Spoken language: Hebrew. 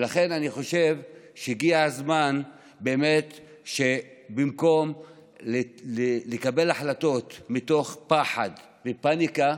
ולכן אני חושב שהגיע הזמן שבמקום לקבל החלטות מתוך פחד ופניקה,